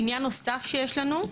עניין נוסף שיש לנו,